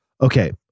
Okay